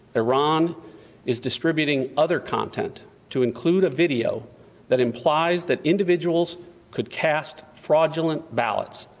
iran is distributing other content to include a video that implies that individuals could cast fraudulent ballots,